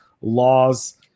laws